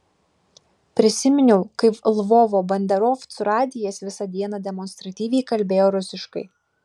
prisiminiau kaip lvovo banderovcų radijas visą dieną demonstratyviai kalbėjo rusiškai